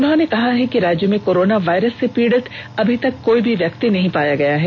उन्होंने कहा है कि राज्य में कोरोना वायरस से पीड़ित अभी तक कोई भी व्यक्ति नहीं पाया गया है